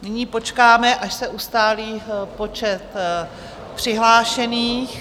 Nyní počkáme, až se ustálí počet přihlášených.